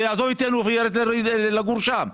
הוא יעזוב את יאנוח כי יותר טוב לו לגור שם.